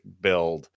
build